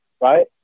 Right